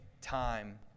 time